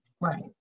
Right